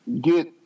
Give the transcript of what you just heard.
get –